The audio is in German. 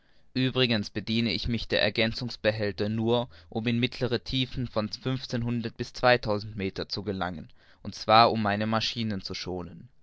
uebrigens bediene ich mich der ergänzungsbehälter nur um in mittlere tiefen von fünfzehnhundert bis zweitausend meter zu gelangen und zwar um meine maschinen zu schonen